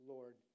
Lord